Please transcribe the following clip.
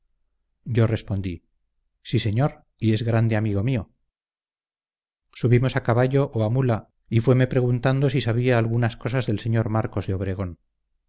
yo respondí sí señor y es grande amigo mío subimos a caballo o a mula y fueme preguntando si sabia algunas cosas del sr marcos de obregón